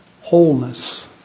wholeness